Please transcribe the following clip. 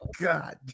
God